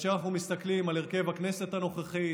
כאשר אנחנו מסתכלים על הרכב הכנסת הנוכחית,